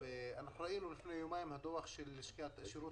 ראינו לפני יומיים את הדוח של שירות